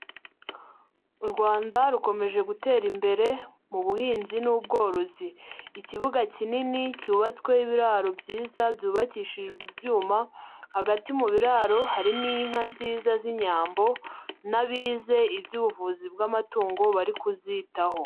U Rwanda rukomeje gutera imbere mu buhinzi n'ubworozi. Ikibuga kinini cyubatsweho ibiraro byiza byubakishijwe ibyuma, hagati mu biraro harimo inka nziza z'inyambo n'abize iby'ubuvuzi bw'amatungo bari kuzitaho.